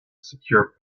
secure